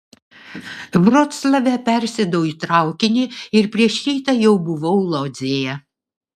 vroclave persėdau į traukinį ir prieš rytą jau buvau lodzėje